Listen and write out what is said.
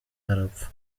arapfa